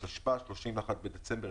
להתמודדות עם נגיף הקורונה החדש (הוראת שעה) (הגבלת